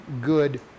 good